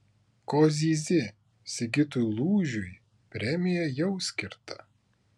ko zyzi sigitui lūžiui premija jau skirta